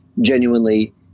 genuinely